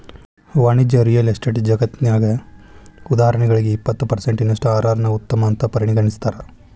ವಾಣಿಜ್ಯ real estate ಜಗತ್ನ್ಯಗ, ಉದಾಹರಣಿಗೆ, ಇಪ್ಪತ್ತು ಪರ್ಸೆನ್ಟಿನಷ್ಟು ಅರ್.ಅರ್ ನ್ನ ಉತ್ತಮ ಅಂತ್ ಪರಿಗಣಿಸ್ತಾರ